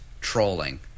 trolling